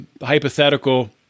hypothetical –